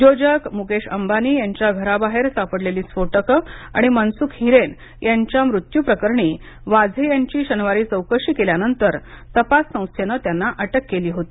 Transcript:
उद्योजक मुकेश अंबानी यांच्या घराबाहेर सापडलेली स्फोटकं आणि मनसूख हिरेन यांच्या मृत्यूप्रकरणी वाझे यांची शनिवारी चौकशी केल्यानंतर तपास संस्थेनं त्यांना अटक केली होती